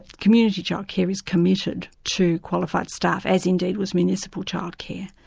community child care is committed to qualified staff, as indeed was municipal childcare.